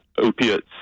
opiates